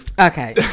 Okay